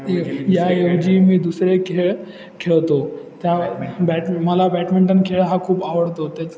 या ऐवजी मी दुसरे खेळ खेळतो त्या बॅट मला बॅडमिंटन खेळ हा खूप आवडतो त्याच